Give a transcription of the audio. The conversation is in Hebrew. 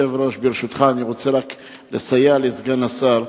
ברשותך, אני רוצה רק לסייע לסגן השר.